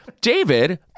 David